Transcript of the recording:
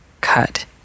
cut